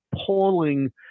appalling